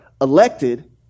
elected